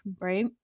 right